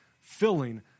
filling